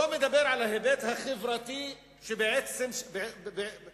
לא מדבר על ההיבט החברתי שבעצם העניין.